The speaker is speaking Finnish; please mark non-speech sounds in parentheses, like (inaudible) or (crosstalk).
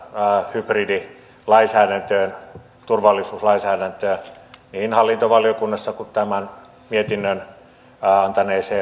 hybridilainsäädäntöön turvallisuuslainsäädäntöön liittyen niin hallintovaliokunnassa kuin tämän mietinnön antaneessa (unintelligible)